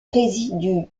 résidu